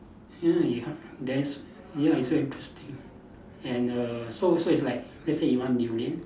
ya you have then ya it's very interesting and err so so it's like let's say you want durian